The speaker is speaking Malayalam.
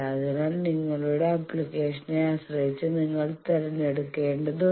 അതിനാൽ നിങ്ങളുടെ അപ്ലിക്കേഷനെ ആശ്രയിച്ച് നിങ്ങൾ തിരഞ്ഞെടുക്കേണ്ടതുണ്ട്